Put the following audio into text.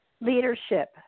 Leadership